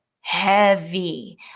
heavy